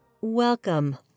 Welcome